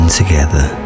together